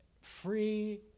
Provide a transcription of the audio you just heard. free